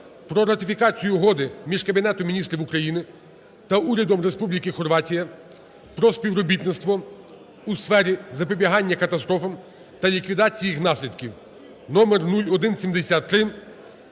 про ратифікацію Угоди між Кабінетом Міністрів України та Урядом Республіки Хорватія про співробітництво у сфері запобігання катастрофам та ліквідації їх наслідків